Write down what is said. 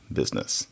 business